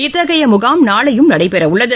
இத்தகைய முகாம் நாளையும் நடைபெறவுள்ளது